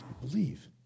believe